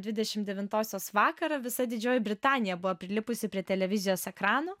dvidešim devintosios vakarą visa didžioji britanija buvo prilipusi prie televizijos ekrano